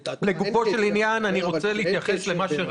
לגופו של עניין, אני רוצה לשאול בהמשך לדבריו של